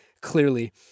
clearly